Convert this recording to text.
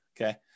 okay